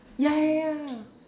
ya ya ya